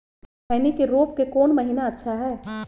खैनी के रोप के कौन महीना अच्छा है?